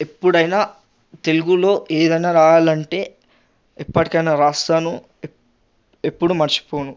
ఎప్పుడయినా తెలుగులో ఏది అయిన రాయాలంటే ఇప్పటికి అయినా రాస్తాను ఎప్పుడు మరచిపోను